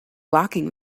locking